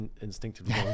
instinctively